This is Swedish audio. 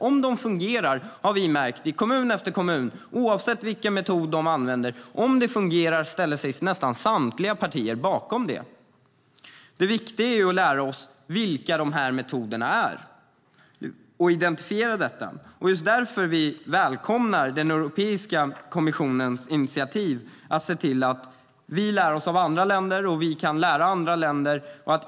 Vi har märkt i kommun efter kommun, oavsett vilken metod de använder, att om metoden fungerar så ställer sig nästan samtliga partier bakom den. Det viktiga är att vi lär oss vilka dessa metoder är och att identifiera dem. Just därför välkomnar vi Europeiska kommissionens initiativ att se till att vi lär oss av andra länder. Så kan vi också lära andra länder.